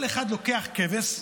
כל אחד לוקח כבש,